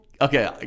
Okay